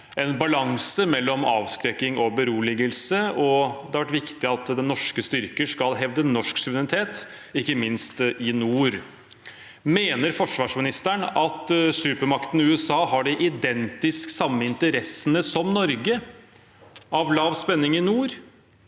en balanse mellom avskrekking og beroligelse, og det har vært viktig at norske styrker skal hevde norsk suverenitet, ikke minst i nord. Mener forsvarsministeren at supermakten USA har de identisk samme interessene som Norge av lav spenning i nord,